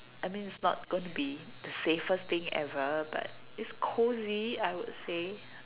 I mean it's not going to be the safest thing ever but it's cozy I would say